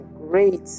great